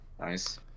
Nice